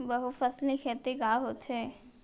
बहुफसली खेती का होथे?